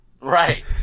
Right